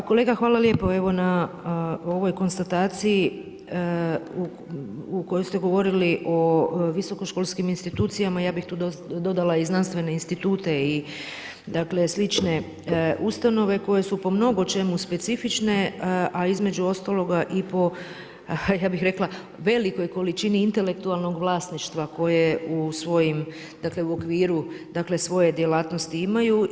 Pa kolega hvala lijepo na ovoj konstataciji u kojoj ste govorili o visokoškolskim institucijama, a ja bih tu dodala i znanstvene institute i slične ustanove koje su po mnogo čemu specifične, a između ostaloga i po ja bih rekla velikoj količini intelektualnog vlasništva koje u svojem okviru svoje djelatnosti imaju.